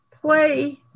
play